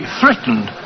threatened